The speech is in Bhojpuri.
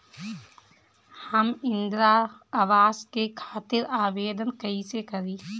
हम इंद्रा अवास के खातिर आवेदन कइसे करी?